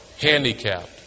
handicapped